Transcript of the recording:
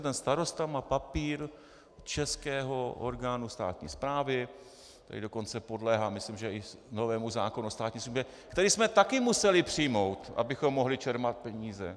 Přitom starosta má papír českého orgánu státní správy, který dokonce podléhá, myslím, i novému zákonu o státní službě, který jsme také museli přijmout, abychom mohli čerpat peníze.